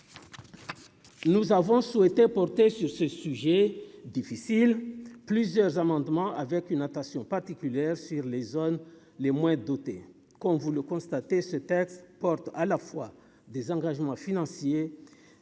Nous avons souhaité porter sur ce sujet. Difficile, plusieurs amendements avec une attention particulière sur les zones les moins dotés, comme vous le constatez ce texte porte à la fois des engagements financiers